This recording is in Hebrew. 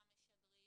מה משדרים,